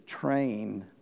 train